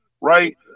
Right